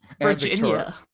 Virginia